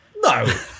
no